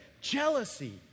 Jealousy